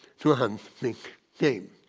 to hunt big game.